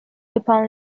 upon